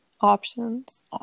options